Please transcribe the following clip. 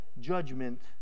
judgment